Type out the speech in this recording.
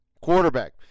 quarterback